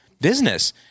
business